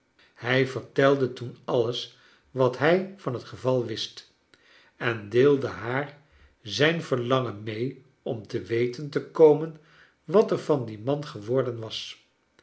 hij vertelde toen alles wat hij van het geval wist en deelde haar zijn verlangen mee om te weten te komen wat er van dien man geworden was